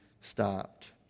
stopped